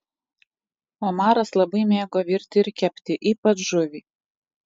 omaras labai mėgo virti ir kepti ypač žuvį